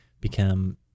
become